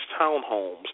townhomes